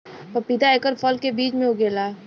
पपीता एकर फल के बीज से उगेला